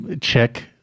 check